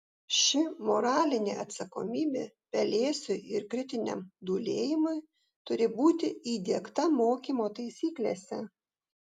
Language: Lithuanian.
ši moralinė atsakomybė pelėsiui ir kritiniam dūlėjimui turi būti įdiegta mokymo taisyklėse